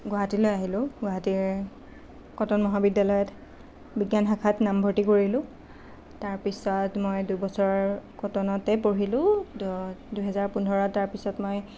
গুৱাহাটীলৈ আহিলোঁ গুৱাহাটীৰ কটন মহাবিদ্যালয়ত বিজ্ঞান শাখাত নামভৰ্তি কৰিলোঁ তাৰ পিছত মই দুবছৰ কটনতেই পঢ়িলোঁ দুহেজাৰ পোন্ধৰ তাৰ পিছত মই